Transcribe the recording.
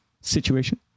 situation